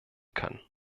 kann